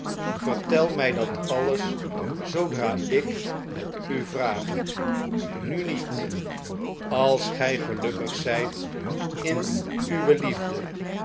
vertel mi dat alles zoodra ik het u vraag nu niet als gij gelukkig zjjt in uwe liefde